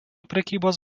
prekybos